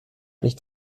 nicht